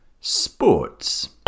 Sports